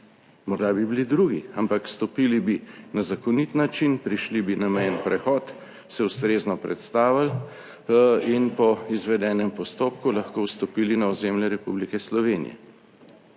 Morda bi bili drugi, ampak stopili bi na zakonit način, prišli bi na mejni prehod, se ustrezno predstavili in po izvedenem postopku lahko vstopili na ozemlje Republike Slovenije.